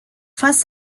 thus